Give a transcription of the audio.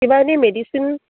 কিবা এনেই মেডিচিন